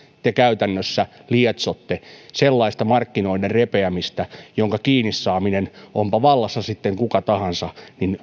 te käytännössä lietsotte sellaista markkinoiden repeämistä jonka kiinni saaminen onpa vallassa sitten kuka tahansa